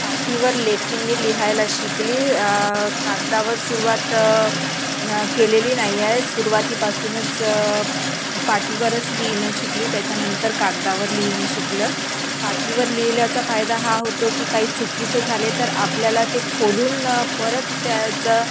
पाटीवर लेखणीने लिहायला शिकली कागदावर सुरुवात न केलेली नाही आहे सुरुवातीपासूनच पाटीवरच लिहिणं शिकली त्याच्यानंतर कागदावर लिहिणं शिकलं पाटीवर लिहिल्याचा फायदा हा होतो की काही चुकीचं झाले तर आपल्याला ते खोडून परत त्याचं